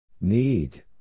Need